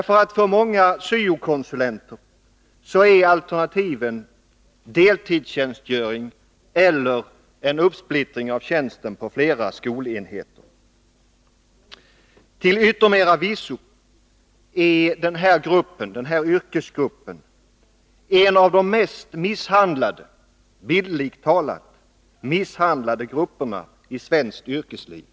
För många syo-konsulenter är nämligen alternativen deltidstjänstgöring eller en uppsplittring av tjänsten på flera skolenheter. Till yttermera visso är den här gruppen bildligt talat en av de mest misshandlade grupperna i svenskt yrkesliv.